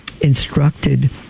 instructed